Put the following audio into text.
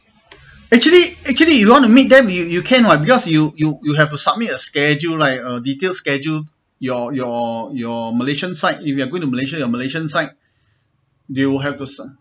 actually actually you don't want to meet them you you can [what] just you you you have to submit a schedule like a detailed schedule your your your malaysian side if you are going to malaysia your malaysian side you will have to submit